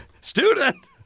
Student